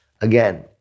again